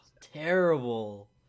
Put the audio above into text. Terrible